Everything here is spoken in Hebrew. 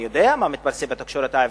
אני יודע מה מתפרסם בתקשורת העברית,